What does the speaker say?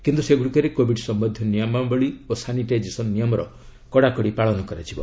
କିନ୍ତୁ ସେଗୁଡ଼ିକରେ କୋଭିଡ୍ ସମ୍ବନ୍ଧୀୟ ନିୟମାବଳୀ ଓ ସାନିଟାଇଜେସନ୍ ନିୟମର କଡ଼ାକଡ଼ି ପାଳନ କରାଯିବ